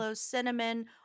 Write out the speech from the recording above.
cinnamon